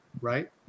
right